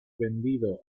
vendido